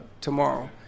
tomorrow